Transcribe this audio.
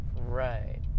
Right